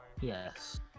Yes